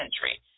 century